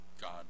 God